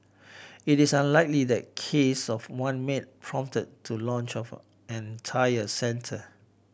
it is unlikely that case of one maid prompted to launch of an entire centre